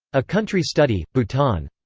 a country study bhutan.